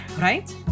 right